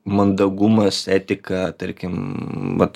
mandagumas etika tarkim vat